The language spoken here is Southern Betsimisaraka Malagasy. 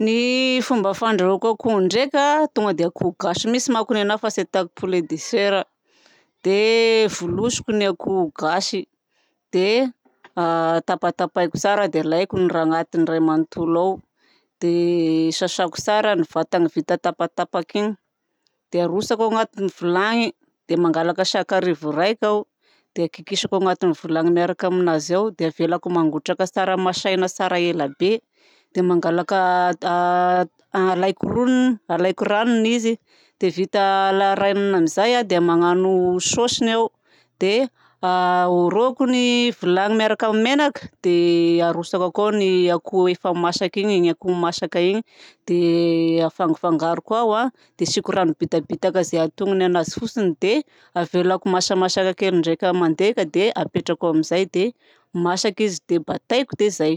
Ny fomba fandrahoako akoho ndraika tonga dia akoho gasy mihitsy manko ny anahy fa tsy hataoko poulet de chair. Dia volosoko ny akoho gasy dia tapatapahiko tsara dia alaiko ny raha anatiny iray manontolo ao dia sasàko tsara ny vatany vita tapatapaka igny dia arotsako anatiny vilany. Dia mangalaka sakarivo raika aho dia kikisako anatiny vilany miaraka amin'azy aho dia avelako mangotraka tsara. Masahina tsara elabe dia mangalaka alaiko roniny alaiko ranony izy dia vita ala ranony amin'izay dia magnano saosiny aho dia orohako ny vilany miaraka amin'ny menaka. Dia arotsakako akao ny akoho efa masaka igny igny akoho masaka igny dia hafangafangaroko ao dia asiako rano bitabitaka zay antonona anazy fotsiny dia avelako masamasaka kely ndraika mandeka dia apetrako amin'izay dia masaka izy dia bataiko. Dia zay!